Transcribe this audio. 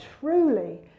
truly